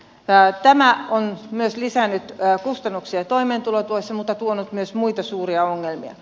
tämä on myös lisännyt kustannuksia toimeentulotuessa mutta tuonut myös muita suuria ongelmia